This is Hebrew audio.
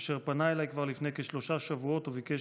אשר פנה אליי כבר לפני כשלושה שבועות וביקש